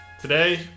Today